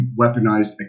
weaponized